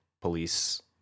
police